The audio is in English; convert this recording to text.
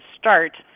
start